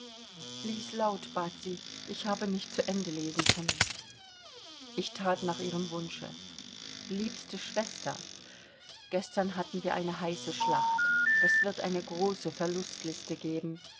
lies laut bat sie ich habe nicht zu ende kommen können ich that nach ihrem wunsche liebste schwester gestern hatten wir eine heiße schlacht das wird eine große verlustliste geben